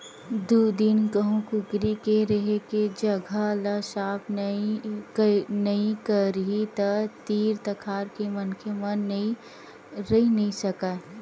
दू दिन कहूँ कुकरी के रेहे के जघा ल साफ नइ करही त तीर तखार के मनखे मन रहि नइ सकय